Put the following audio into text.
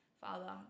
Father